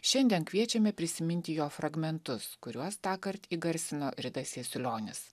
šiandien kviečiame prisiminti jo fragmentus kuriuos tąkart įgarsino ridas jasiulionis